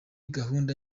gahunda